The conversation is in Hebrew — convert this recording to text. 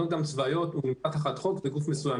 מכינות קדם צבאיות --- בגוף מסוים.